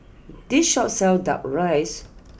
this Shop sells Duck Rice